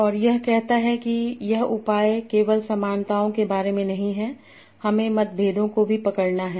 तो यह कहता है कि यह उपाय केवल समानताओं के बारे में नहीं है हमें मतभेदों को भी पकड़ना है